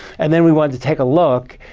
and then we want to take a look.